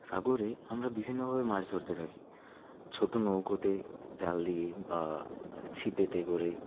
সাগরে আমরা বিভিন্নভাবে মাছ ধরতে থাকি ছোট নৌকোতে জাল দিয়ে বা ছিপেতে করে